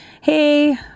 Hey